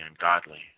ungodly